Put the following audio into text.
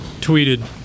tweeted